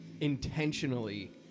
intentionally